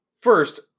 First